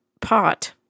pot